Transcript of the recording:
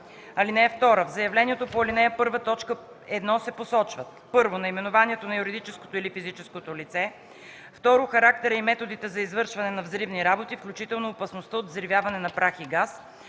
(2) В заявлението по ал. 1, т. 1 се посочват: 1. наименованието на юридическото или физическото лице; 2. характерът и методите за извършване на взривни работи, включително опасността от взривяване на прах и газ;